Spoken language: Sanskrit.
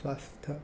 स्वास्थ्य